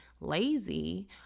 lazy